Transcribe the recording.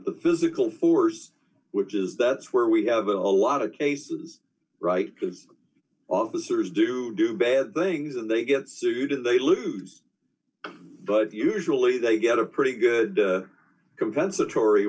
the physical force which is that's where we have a whole lot of cases right of officers do do bad things and they get sued or they lose but usually they get a pretty good compensatory